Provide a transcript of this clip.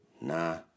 Nah